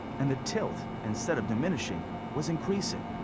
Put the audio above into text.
and the tilt, instead of diminishing was increasing.